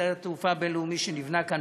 שדה התעופה הבין-לאומי שנבנה כאן,